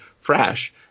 fresh